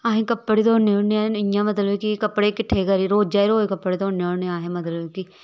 अहें कपड़े धोन्ने होन्ने आं इ'यां मतलब कि कपड़े किट्ठे करियै रोजा दे रोज कपड़े धोने होन्ने अहें मतलब कि